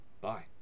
bye